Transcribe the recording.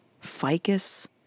Ficus